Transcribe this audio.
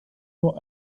nur